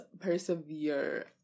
persevere